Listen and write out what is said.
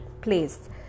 place